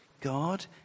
God